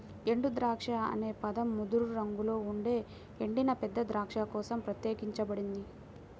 ఎండుద్రాక్ష అనే పదం ముదురు రంగులో ఉండే ఎండిన పెద్ద ద్రాక్ష కోసం ప్రత్యేకించబడింది